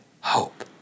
hope